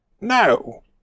No